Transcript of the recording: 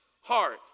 heart